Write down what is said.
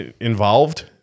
involved